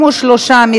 48,